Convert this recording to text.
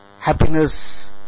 happiness